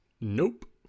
Nope